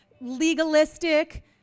legalistic